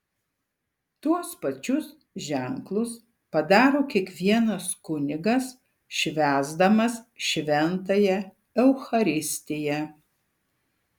tuos pačius ženklus padaro kiekvienas kunigas švęsdamas šventąją eucharistiją